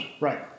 Right